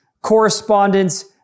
correspondence